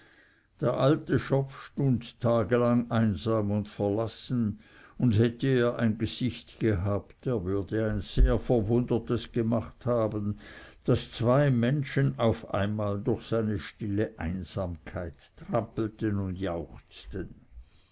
der alte schopf stund tagelang einsam und verlassen und hätte er ein gesicht gehabt er würde ein sehr verwundertes gemacht haben daß zwei menschen auf einmal durch seine stille einsamkeit trappelten und jauchzten